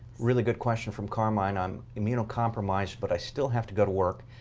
really good question from carmine. i'm immunocompromised, but i still have to go to work.